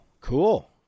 cool